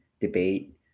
debate